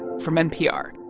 from npr